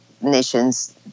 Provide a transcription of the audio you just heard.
nation's